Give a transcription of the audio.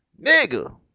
Nigga